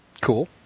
Cool